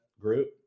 group